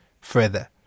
further